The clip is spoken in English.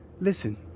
Listen